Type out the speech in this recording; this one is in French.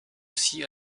aussi